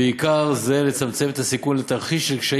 ובעיקר לצמצם את הסיכון לתרחיש של קשיים